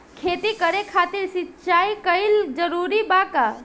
खेती करे खातिर सिंचाई कइल जरूरी बा का?